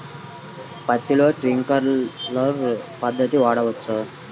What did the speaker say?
పత్తిలో ట్వింక్లర్ పద్ధతి వాడవచ్చా?